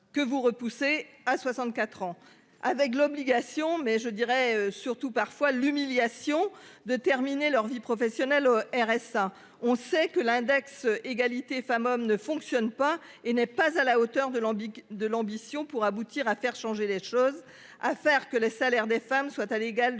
que vous repoussé à 64 ans avec l'obligation, mais je dirais surtout parfois l'humiliation de terminer leur vie professionnelle au RSA. On sait que l'index égalité femmes-hommes ne fonctionne pas et n'est pas à la hauteur de Lambic de l'ambition pour aboutir à faire changer les choses à faire que les salaires des femmes soit à l'égal de